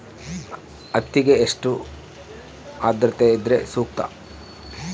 ಹತ್ತಿಗೆ ಎಷ್ಟು ಆದ್ರತೆ ಇದ್ರೆ ಸೂಕ್ತ?